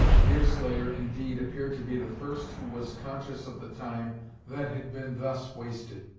deerslayer, indeed, appeared to be the first who was conscious of the time that had been thus wasted,